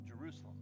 Jerusalem